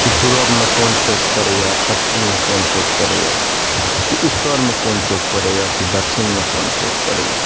कि पूरबमे कोन चौक पड़ैया पच्छिममे कोन चौक पड़ैया कि उत्तरमे कोन चौक पड़ैया कि दच्छिनमे कोन चौक पड़ैया